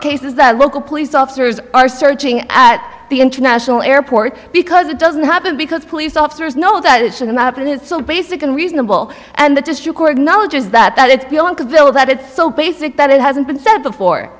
cases that local police officers are searching at the international airport because it doesn't happen because police officers know that it shouldn't happen it's so basic and reasonable and that just required knowledge is that it's beyond a bill that it's so basic that it hasn't been said before